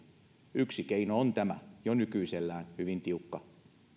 keino on tämä jo nykyisellään hyvin tiukka